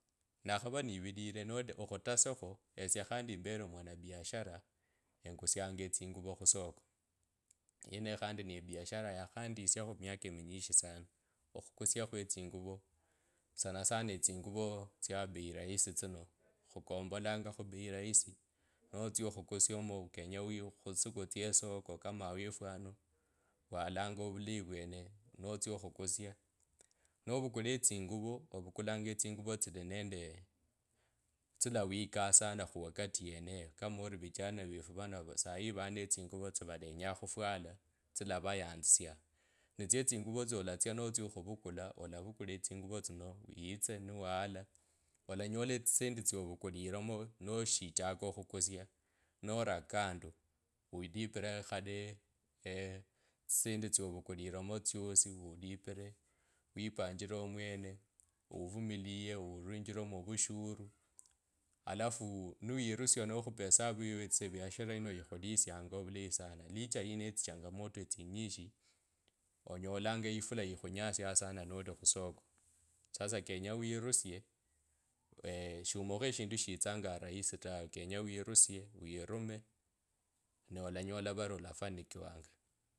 Nakha nivilile noli okhutasakho esie khandi nivete omwana biashara engusyanga etsinguvo khusoko yeneyo khandi nebiashara yakhandisiakho khu miaka eminyishi sana okhurusia khwetsinguvo sanasana etsinguvo tsia bei rahisi tsino khukombola nga khubei rahisi notsia okhukusiomo kenye wee khutsisuku tsie esoko kama awefu ano khwalango ovulayi vyene natsya khukosia etsinguvo ovukulanga etsinguvo tsili nendee tsilawikanga sana khuwakati yeneyo kama ori vijana vefu vano vaa nende etsinguvo tsyolatya okhivukula olakhukula etsinguvo tsino witse niwakhala olanyole etsisendi tsyovukuliromo noshichaka okhukusya nora kando wulipile wipanjile omwene uvumiliye ulipilomo ovushuru. Alafu mivwirusya nokhupa esavu yeuwo ebiashara yeno ikhulisianga ovulayi sana licha yiner etsivhangamo to estinyishi onyola yifula ikhunyasya sana nori khusoko sasa kenye wirusye shirulakho eshindu shitsanga orahisi tawe kenye wirusye wirume nee olanyola vari olafanikiwanga.